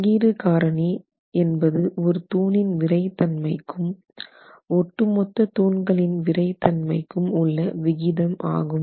பங்கீடு காரணி என்பது ஒரு தூணின் விறைத்தன்மைக்கும் ஒட்டுமொத்த தூண்களின் விறைத்தன்மைக்கும் உள்ள விகிதம் ஆகும்